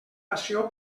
passió